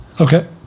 Okay